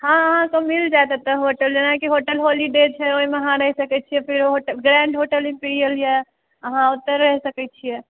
हँ अहाँकेँ मिल जायत एतऽ होटल जेनाकि होटल होलीडे छै ओहिमे अहाँ रहि सकै छियै फेर होटल ग्रेण्ड होटल यऽ अहाँ ओतय रहि सकै छियै